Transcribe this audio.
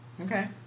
Okay